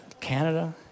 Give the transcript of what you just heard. Canada